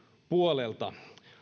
puolelta